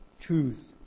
truth